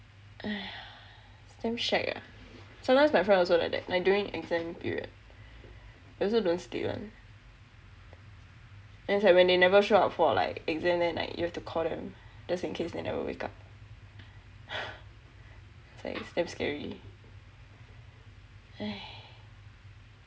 !aiya! is damn shag ah sometimes my friend also like that like during exam period they also don't sleep [one] then is like when they never show up for like exams then like you have to call them just in case they never wake up it's like damn scary